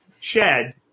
shed